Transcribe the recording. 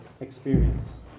experience